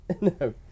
No